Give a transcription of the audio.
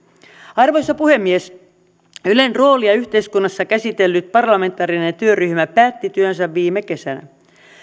arvoisa puhemies ylen roolia yhteiskunnassa käsitellyt parlamentaarinen työryhmä päätti työnsä viime kesään